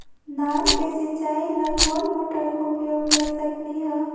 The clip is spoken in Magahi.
धान के सिचाई ला कोंन मोटर के उपयोग कर सकली ह?